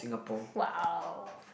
!wow!